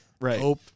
Right